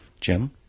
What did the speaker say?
Jim